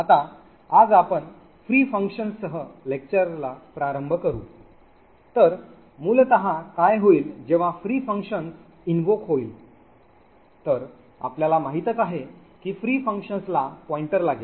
आता आज आपण free functions सह लेक्चरला प्रारंभ करू तर मूलतः काय होईल जेव्हा free functions इन्व्होक होईल तर आपल्याला माहितच आहे की free functions ला पॉईंटर लागेल